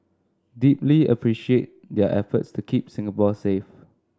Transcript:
deeply appreciate their efforts to keep Singapore safe